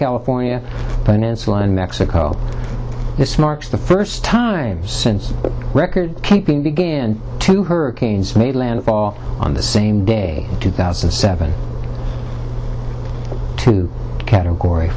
california peninsula in mexico this marks the first time since record keeping began two hurricanes made landfall on the same day two thousand and seven to category